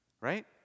Right